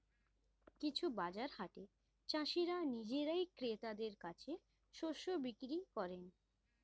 কিছু বাজার হাটে চাষীরা নিজেরাই ক্রেতাদের কাছে শস্য বিক্রি করেন